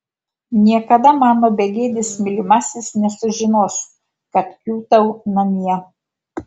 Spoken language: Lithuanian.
niekada mano begėdis mylimasis nesužinos kad kiūtau namie